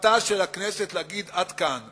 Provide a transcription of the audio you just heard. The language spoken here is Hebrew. חובתה של הכנסת להגיד: עד כאן.